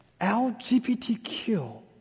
LGBTQ